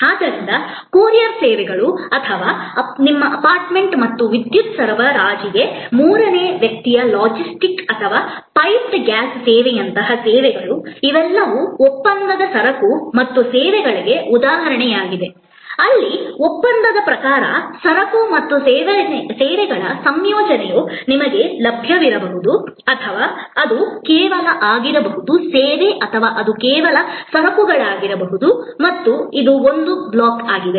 ಆದ್ದರಿಂದ ಕೊರಿಯರ್ ಸೇವೆಗಳು ಅಥವಾ ನಿಮ್ಮ ಅಪಾರ್ಟ್ಮೆಂಟ್ ಮತ್ತು ವಿದ್ಯುತ್ ಸರಬರಾಜಿಗೆ ಮೂರನೇ ವ್ಯಕ್ತಿಯ ಲಾಜಿಸ್ಟಿಕ್ಸ್ ಅಥವಾ ಪೈಪ್ಡ್ ಗ್ಯಾಸ್ ಸೇವೆಯಂತಹ ಸೇವೆಗಳು ಇವೆಲ್ಲವೂ ಒಪ್ಪಂದದ ಸರಕು ಮತ್ತು ಸೇವೆಗಳಿಗೆ ಉದಾಹರಣೆಯಾಗಿದೆ ಅಲ್ಲಿ ಒಪ್ಪಂದದ ಪ್ರಕಾರ ಸರಕು ಮತ್ತು ಸೇವೆಗಳ ಸಂಯೋಜನೆಯು ನಿಮಗೆ ಲಭ್ಯವಿರಬಹುದು ಅಥವಾ ಅದು ಕೇವಲ ಸೇವೆ ಆಗಿರಬಹುದು ಅಥವಾ ಅದು ಕೇವಲ ಸರಕುಗಳಾಗಿರಬಹುದು ಮತ್ತು ಇದು ಒಂದು ಬ್ಲಾಕ್ ಆಗಿದೆ